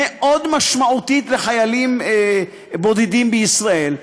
מאוד משמעותית לחיילים בודדים בישראל,